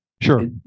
Sure